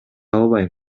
албайм